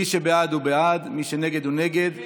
מי שבעד הוא בעד, מי שנגד הוא נגד.